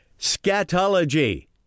scatology